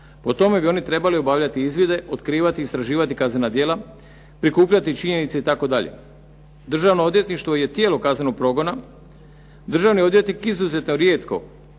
O tome bi oni trebali obavljati izvide, otkrivati i istraživati kaznena djela, prikupljati činjenice itd. Državno odvjetništvo je tijelo kaznenog progona, državni odvjetnik izuzetno rijetko